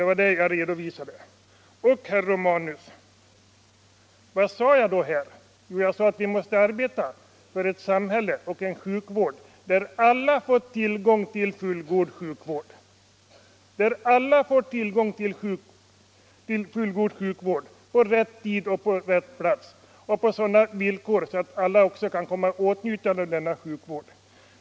Det var det jag redovisade. Och, herr Romanus, vad sade Hälsooch sjukvård jag då? Jo, jag sade att vi måste arbeta för ett samhälle med tillgång till fullgod sjukvård, på rätt tid och på rätt plats och på sådana villkor att alla också kan komma i åtnjutande av denna sjukvård.